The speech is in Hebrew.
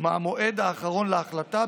מהמועד האחרון להחלטה,